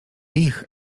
ich